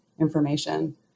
information